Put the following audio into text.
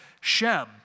Shem